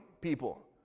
people